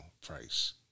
price